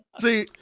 See